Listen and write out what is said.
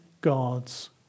God's